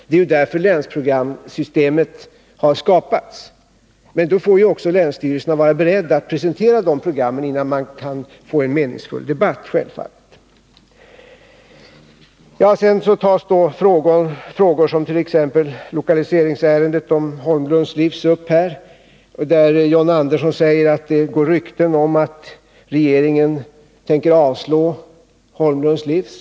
Det är ju därför länsprogramssystemet har skapats. Men självfallet får då länstyrelserna vara beredda att presentera dessa program så att man kan få en meningsfull debatt. Lokaliseringsärendet när det gäller Holmlunds Livsmedel togs också upp här. John Andersson säger att det går rykten om att regeringen tänker avslå framställningen från Holmlunds Livsmedel.